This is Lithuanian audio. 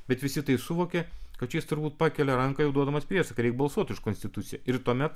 bet visi tai suvokė kad čia jis turbūt pakelia ranką jau duodamas priesaiką reik balsuot už konstituciją ir tuomet